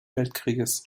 weltkriegs